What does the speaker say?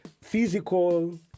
Physical